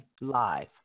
live